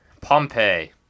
Pompeii